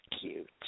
cute